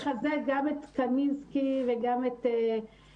אני רוצה לחזק גם את קמינסקי וגם את רם